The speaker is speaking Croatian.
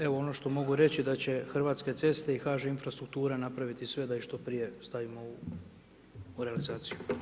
Evo ono što mogu reći da će Hrvatske ceste i HŽ infrastruktura napraviti sve da ih što prije stavimo u realizaciju.